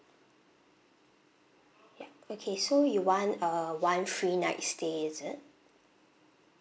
yup okay so you want a one free night stay is it